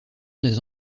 des